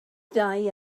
dau